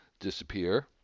disappear